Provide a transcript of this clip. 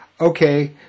Okay